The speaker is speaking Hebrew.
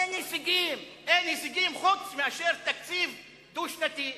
אין הישגים, חוץ מתקציב דו-שנתי.